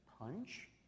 punch